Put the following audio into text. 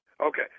Okay